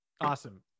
Awesome